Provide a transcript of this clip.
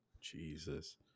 Jesus